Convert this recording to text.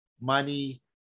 money